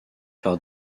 par